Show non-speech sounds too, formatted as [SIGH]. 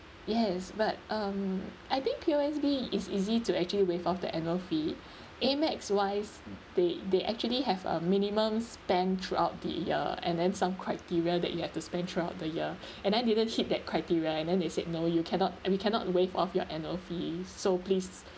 yes but um I think P_O_S_B is easy to actually waive off the annual fee Amex wise they they actually have a minimum spend throughout the year and then some criteria that you have to spend throughout the year [BREATH] and I didn't hit that criteria and then they said no you cannot we cannot waive off your annual fee so please